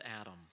Adam